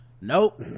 nope